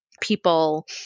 people